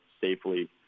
safely